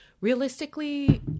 Realistically